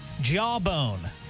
jawbone